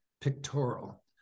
pictorial